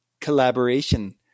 collaboration